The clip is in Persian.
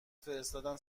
فرستادن